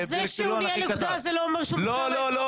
זה שהוא ניהל אוגדה זה לא אומר שהוא -- לא לא לא